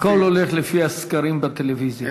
הכול הולך לפי הסקרים בטלוויזיה.